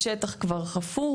השטח כבר חפור,